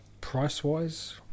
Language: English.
price-wise